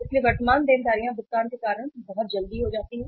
इसलिए वर्तमान देनदारियां भुगतान के कारण बहुत जल्दी हो जाती हैं